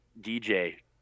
DJ